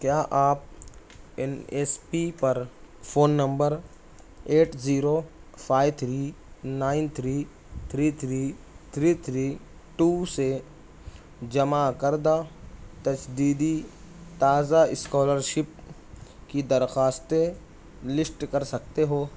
کیا آپ N S P پر phone number eight zero five three nine three three three three three two سے جمع کردہ تجدیدی تازہ اسکالرشپ کی درخواستیں لسٹ کر سکتے ہو